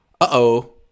Uh-oh